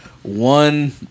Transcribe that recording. One